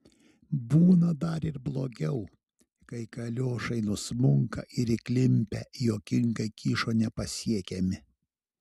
būna ir dar blogiau kai kaliošai nusmunka ir įklimpę juokingai kyšo nepasiekiami